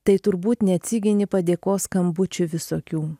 tai turbūt neatsigini padėkos skambučių visokių